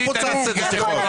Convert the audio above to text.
אתה פוצצת את השיחות.